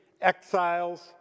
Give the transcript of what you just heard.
Exiles